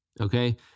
Okay